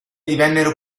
divennero